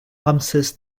ramsès